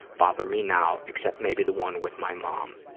bother me now except maybe the one with my mom.